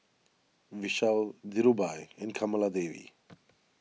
Vishal Dhirubhai and Kamaladevi